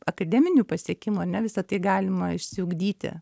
akademinių pasiekimų ar ne visa tai galima išsiugdyti